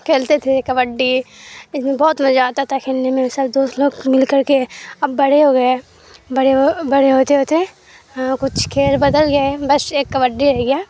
کھیلتے تھے کبڈی اس میں بہت مزہ آتا تھا کھیلنے میں سب دوست لوگ مل کر کے اب بڑے ہو گئے بڑے ہو بڑے ہوتے ہوتے کچھ کھیل بدل گئے بس ایک کبڈی رہ گیا